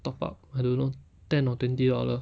top up I don't know ten or twenty dollar